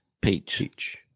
peach